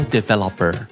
Developer